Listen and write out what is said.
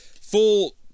full